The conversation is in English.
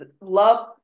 love